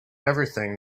everything